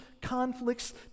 conflicts